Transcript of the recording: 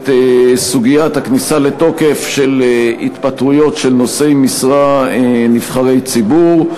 סוגיית הכניסה לתוקף של התפטרויות של נושאי משרה נבחרי ציבור.